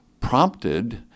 prompted